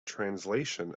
translation